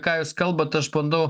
ką jūs kalbat aš bandau